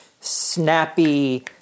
snappy